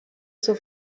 zur